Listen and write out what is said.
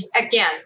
again